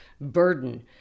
burden